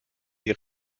die